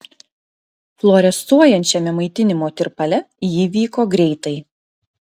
fluorescuojančiame maitinimo tirpale ji vyko greitai